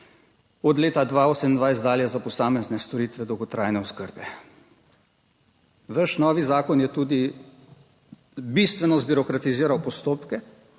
Od leta 2028 dalje za posamezne storitve dolgotrajne oskrbe. Vaš novi zakon je tudi bistveno zbirokratiziral postopke,